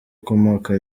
akomoka